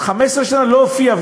15 שנה לא הופיע,